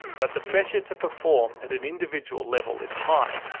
but the pressure to perform at an individual level is high,